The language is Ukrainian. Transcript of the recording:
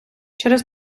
через